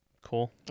Cool